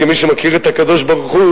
כמי שמכיר את הקדוש-ברוך-הוא,